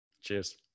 Cheers